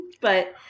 but-